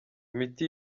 imiti